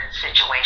situation